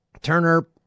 Turner